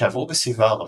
שעברו בסביבה ערבית,